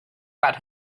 but